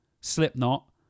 slipknot